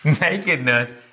Nakedness